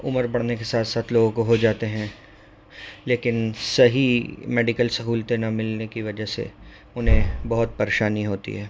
عمر بڑھنے کے ساتھ ساتھ لوگوں کو ہو جاتے ہیں لیکن صحیح میڈیکل سہولتیں نہ ملنے کی وجہ سے انہیں بہت پریشانی ہوتی ہے